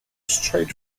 straight